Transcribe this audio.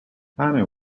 hanna